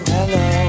Hello